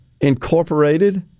incorporated